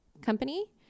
company